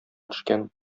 төшкән